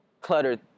cluttered